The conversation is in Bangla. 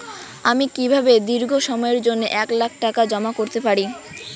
আমি কিভাবে দীর্ঘ সময়ের জন্য এক লাখ টাকা জমা করতে পারি?